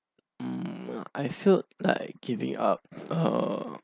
mm I felt like giving up err